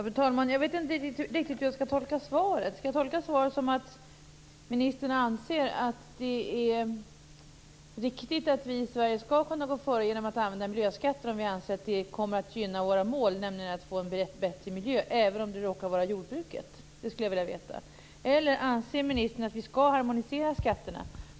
Fru talman! Jag vet inte riktigt hur jag skall tolka svaret. Skall jag tolka svaret som att ministern anser att det är riktigt att vi i Sverige skall kunna gå före genom att använda miljöskatter om vi anser att det kommer att gynna våra mål, nämligen att få en bättre miljö, även om det nu råkar vara fråga om jordbruket? Det skulle jag vilja veta. Eller anser ministern att vi skall harmonisera skatterna?